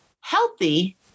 healthy